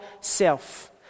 self